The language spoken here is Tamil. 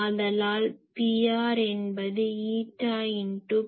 ஆதலால் Pr என்பது ஈட்டா × Pi